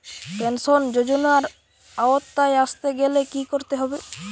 Pension যজোনার আওতায় আসতে গেলে কি করতে হবে?